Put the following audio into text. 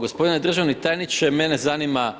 Gospodine državni tajniče, mene zanima